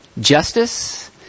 Justice